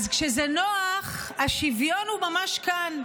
כשזה נוח, השוויון הוא ממש כאן.